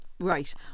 Right